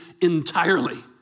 entirely